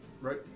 Right